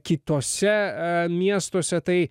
kituose miestuose tai